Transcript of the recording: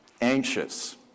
anxious